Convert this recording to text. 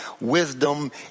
wisdom